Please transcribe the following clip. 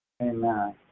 Amen